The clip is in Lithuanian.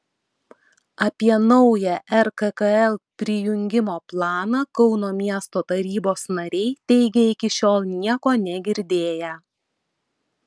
apie naują rkkl prijungimo planą kauno miesto tarybos nariai teigia iki šiol nieko negirdėję